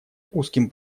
узким